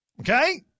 Okay